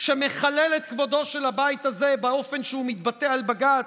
שמחלל את כבודו של הבית הזה באופן שבו הוא מתבטא על בג"ץ,